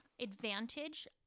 advantage